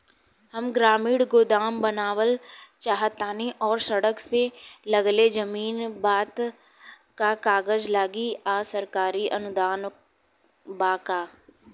हम ग्रामीण गोदाम बनावल चाहतानी और सड़क से लगले जमीन बा त का कागज लागी आ सरकारी अनुदान बा का?